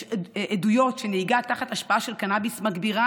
יש עדויות שנהיגה תחת השפעה של קנביס מגבירה